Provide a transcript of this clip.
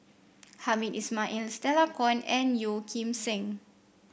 Hamed Ismail Stella Kon and Yeo Kim Seng